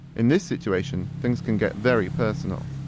in this situation things can get very personal.